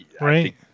Right